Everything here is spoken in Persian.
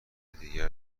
دیگر